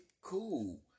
cool